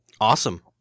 Awesome